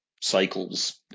cycles